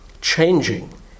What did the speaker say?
changing